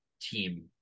team